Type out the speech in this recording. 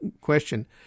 question